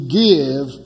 give